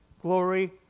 glory